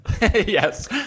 Yes